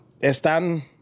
están